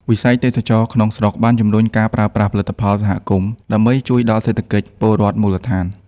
វិស័យ ទេសចរណ៍ ក្នុងស្រុកបានជម្រុញការប្រើប្រាស់ផលិតផលសហគមន៍ ដើម្បីជួយដល់សេដ្ឋកិច្ចពលរដ្ឋមូលដ្ឋាន។